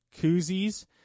koozies